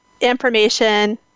information